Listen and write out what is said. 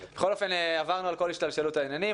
עברנו על כל השתלשלות העניינים.